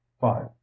five